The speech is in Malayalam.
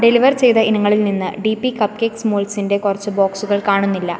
ഡെലിവർ ചെയ്ത ഇനങ്ങളിൽനിന്ന് ഡി പി കപ്പ് കേക്ക് മോൾസിന്റെ കുറച്ച് ബോക്സുകൾ കാണുന്നില്ല